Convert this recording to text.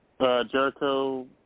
Jericho